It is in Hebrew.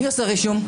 מי עושה רישום?